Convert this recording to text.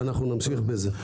ואנחנו נמשיך בזה.